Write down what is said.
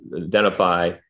identify